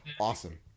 awesome